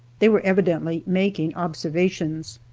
they were evidently making observations.